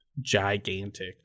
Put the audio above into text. gigantic